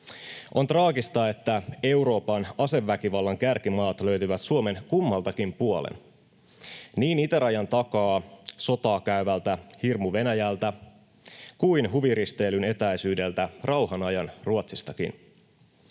On traagista, että Euroopan aseväkivallan kärkimaat löytyvät Suomen kummaltakin puolen, niin itärajan takaa sotaa käyvältä hirmu-Venäjältä kuin huviristeilyn etäisyydeltä rauhanajan Ruotsistakin.